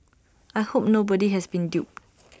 I hope nobody has been duped